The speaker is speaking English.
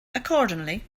accordingly